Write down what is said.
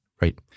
Right